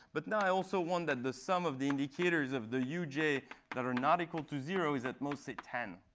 but now, i also want that the sum of the indicators of the uj that are not equal to zero is at most, say, ten.